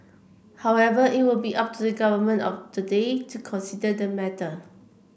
however it will be up to the government of the day to consider the matter